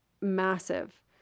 massive